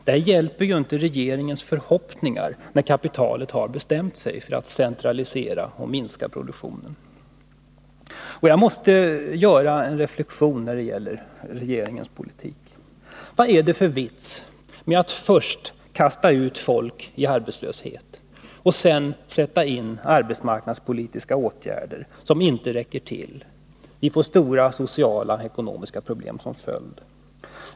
Där hjälper inte regeringens förhoppningar när kapitalet har bestämt sig för att centralisera och minska produktionen. Jag måste göra en reflexion när det gäller regeringens politik: Vad är det för vits med att först kasta ut folk i arbetslöshet och sedan sätta in arbetsmarknadspolitiska åtgärder som inte räcker till? Vi får stora sociala och ekonomiska problem som följd.